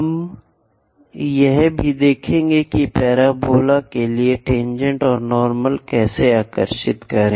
हम यह भी देखेंगे कि पराबोला के लिए टेनजेंट और नार्मल कैसे आकर्षित करें